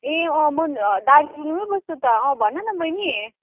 ए अँ म दार्जिलिङमै बस्छु त अँ भन न बहिनी